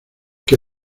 que